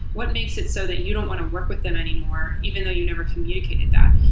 what makes it so that you don't want to work with them anymore even though you never communicated that?